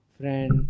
friend